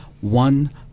one